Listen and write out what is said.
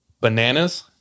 Bananas